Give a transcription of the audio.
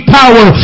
power